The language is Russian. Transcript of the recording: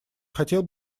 хотел